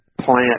plant